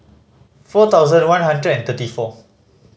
four thousand one hundred and thirty four